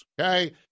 okay